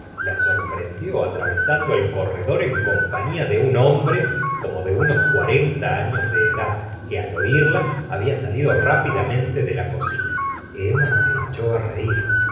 la sorprendió atravesando el corredor en compañia de un hombre como de unos cuarenta años de edad que al oírla había salido rápidamente de la cocina emma se echó á reir